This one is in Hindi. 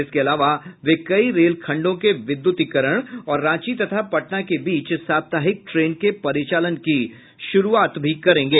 इसके अलावा वे कई रेलखंडों के विद्युतीकरण और रांची तथा पटना के बीच साप्ताहिक ट्रेन के परिचालन की शुरूआत भी करेंगे